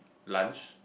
lunch